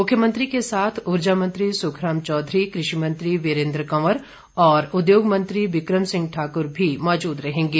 मुख्यमंत्री के साथ ऊर्जा मंत्री सुखराम चौधरी कृषि मंत्री वीरेंद्र कंवर और उद्योग मंत्री बिक्रम सिंह ठाकुर भी मौजूद रहेंगे